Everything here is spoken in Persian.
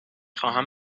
خواهم